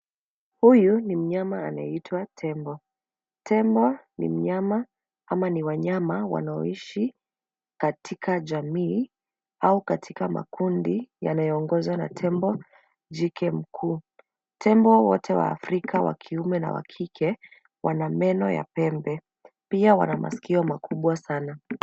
Huyu ni mnyama anayeitwa tembo. Tembo ni mnyama ama ni wanyama wanaoishi katika jamii au katika makundi yanayoongozwa na tembo jike mkuu. Tembo wote wa Afrika wa kiume na wa kike wana meno ya pembe, pia wana masikio makubwa sana.